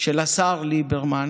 של השר ליברמן